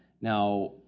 Now